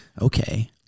Okay